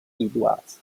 edwards